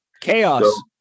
Chaos